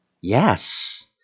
Yes